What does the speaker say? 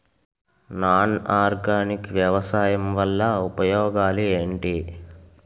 Non organic వ్యవసాయం వల్ల ఉపయోగాలు ఏంటీ?